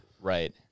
right